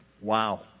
Wow